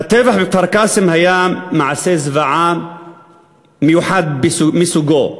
הטבח בכפר-קאסם היה מעשה זוועה מיוחד מסוגו,